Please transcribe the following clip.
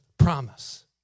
promise